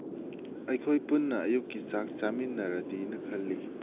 ꯑꯩꯈꯣꯏ ꯄꯨꯟꯅ ꯑꯌꯨꯛꯀꯤ ꯆꯥꯛ ꯆꯥꯃꯤꯟꯅꯔꯗꯤꯅ ꯈꯜꯂꯤ